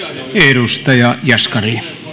edustaja jaskari